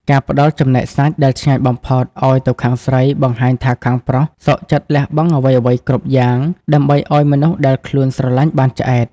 ការផ្ដល់ចំណែកសាច់ដែលឆ្ងាញ់បំផុតឱ្យទៅខាងស្រី បង្ហាញថាខាងប្រុសសុខចិត្តលះបង់អ្វីៗគ្រប់យ៉ាង ដើម្បីឱ្យមនុស្សដែលខ្លួនស្រឡាញ់បានឆ្អែត។